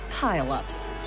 pile-ups